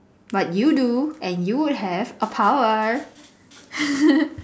but you do and you would have a power